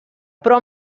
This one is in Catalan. però